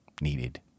needed